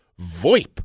VoIP